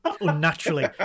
unnaturally